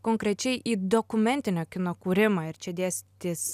konkrečiai į dokumentinio kino kūrimą ir čia dėstys